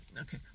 okay